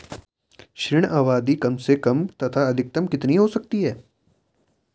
ऋण अवधि कम से कम तथा अधिकतम कितनी हो सकती है?